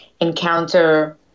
encounter